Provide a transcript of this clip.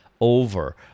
over